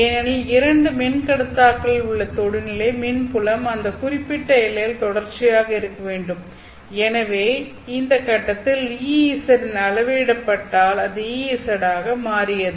ஏனெனில் 2 மின்கடத்தாக்களில் உள்ள தொடுநிலை மின் புலம் அந்த குறிப்பிட்ட எல்லையில் தொடர்ச்சியாக இருக்க வேண்டும் எனவே இந்த கட்டத்தில் Ez அளவிடப்பட்டால் அது Ez ஆக மாறியது